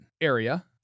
area